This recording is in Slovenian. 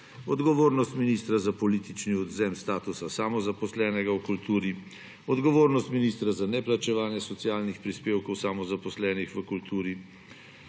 odgovornost ministra za politični odvzem statusa samozaposlenega v kulturi, odgovornost ministra za neplačevanje socialnih prispevkov samozaposlenih v kulturi,